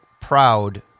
proud